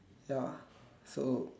ya so